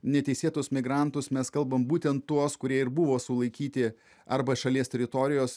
neteisėtus migrantus mes kalbam būtent tuos kurie ir buvo sulaikyti arba šalies teritorijos